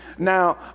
Now